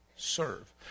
serve